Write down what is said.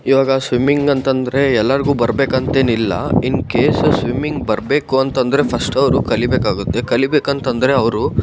ಇವಾಗ ಸ್ವಿಮ್ಮಿಂಗ್ ಅಂತ ಅಂದ್ರೆ ಎಲ್ಲರಿಗೂ ಬರಬೇಕಂತೇನಿಲ್ಲ ಇನ್ಕೇಸ್ ಸ್ವಿಮ್ಮಿಂಗ್ ಬರಬೇಕು ಅಂತ ಅಂದ್ರೆ ಫಶ್ಟ್ ಅವರು ಕಲಿಬೇಕಾಗುತ್ತೆ ಕಲಿಬೇಕಂತ ಅಂದ್ರೆ ಅವರು